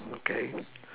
okay